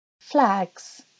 Flags